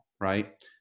right